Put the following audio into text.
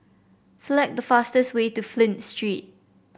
select the fastest way to Flint Street